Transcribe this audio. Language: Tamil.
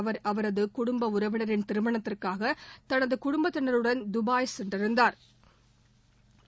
அவர் அவரது குடும்ப உறவினின் திருமணத்திற்காக தனது குடும்பத்தினருடன் தபாய் சென்றிருந்தாா்